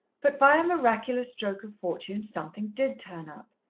but by a miraculous stroke of fortune something did turn up.